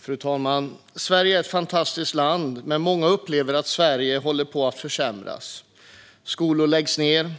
Fru talman! Sverige är ett fantastiskt land, men många upplever att Sverige håller på att försämras. Skolor läggs ned,